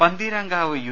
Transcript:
Pantheerankavu U